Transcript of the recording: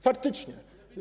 Faktycznie.